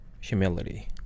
humility